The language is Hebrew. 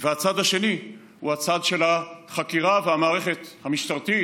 והצד השני הוא הצד של החקירה והמערכת המשטרתית,